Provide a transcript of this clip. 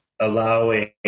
allowing